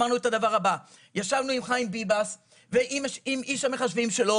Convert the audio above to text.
אמרנו את הדבר הבא: ישבנו עם חיים ביבס ועם איש המחשבים שלו